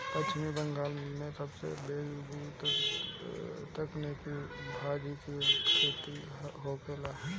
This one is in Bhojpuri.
पश्चिम बंगाल में सबसे बेसी तरकारी भाजी के खेती होखेला